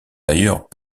d’ailleurs